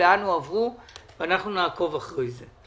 לאן הועברו ואנחנו נעקוב אחרי זה.